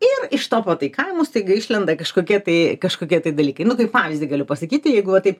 ir iš to pataikavimo staiga išlenda kažkokie tai kažkokie tai dalykai nu kaip pavyzdį galiu pasakyti jeigu va taip